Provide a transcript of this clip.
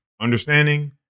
understanding